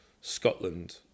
Scotland